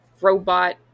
robot